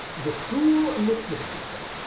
the school nativity play,